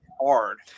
hard